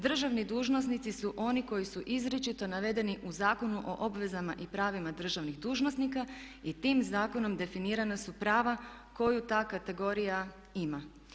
Državni dužnosnici su oni koji su izričito navedeni u Zakonu o obvezama i pravima državnih dužnosnika i tim zakonom definirana su prava koju ta kategorija ima.